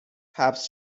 حبس